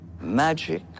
Magic